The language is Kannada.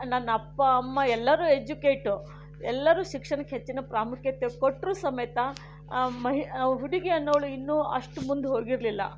ನನ್ನ ಅಪ್ಪ ಅಮ್ಮ ಎಲ್ಲರೂ ಎಜುಕೇಟ್ ಎಲ್ಲರೂ ಶಿಕ್ಷಣಕ್ಕೆ ಹೆಚ್ಚಿನ ಪ್ರಾಮುಖ್ಯತೆ ಕೊಟ್ಟರೂ ಸಮೇತ ಮಹಿ ಹುಡುಗಿ ಅನ್ನೋಳು ಇನ್ನೂ ಅಷ್ಟು ಮುಂದೆ ಹೋಗಿರಲಿಲ್ಲ